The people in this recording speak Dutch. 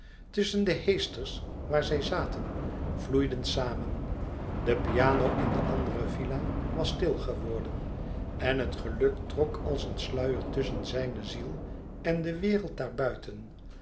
tusschen de heesters waar zij zaten vloeiden samen de piano in de andere villa was stil geworden en het geluk trok als een sluier tusschen zijne ziel en de wereld daarbuiten